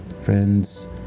Friends